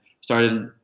started